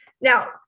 Now